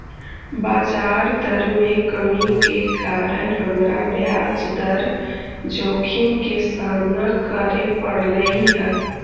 बजार दर में कमी के कारण हमरा ब्याज दर जोखिम के सामना करे पड़लई हल